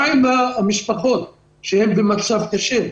מה עם המשפחות שנמצאות במצב קשה?